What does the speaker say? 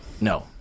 no